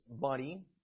money